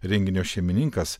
renginio šeimininkas